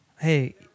Hey